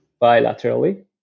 bilaterally